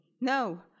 no